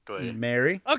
Mary